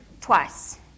twice